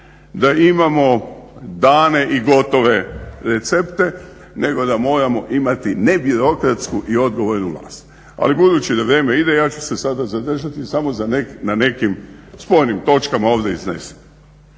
da imamo dane i gotove recepte nego da moramo imati nebirokratsku i odgovornu vlast. Ali budući da vrijeme ide ja ću se sada zadržati samo na nekim spornim točkama ovdje iznesenim.